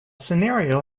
scenario